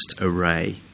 array